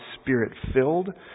spirit-filled